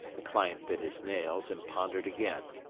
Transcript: the client bit his nails, and pondered again.